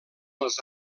els